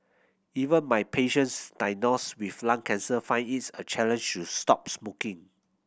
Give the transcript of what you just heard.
even my patients diagnosed with lung cancer find it's a challenge to stop smoking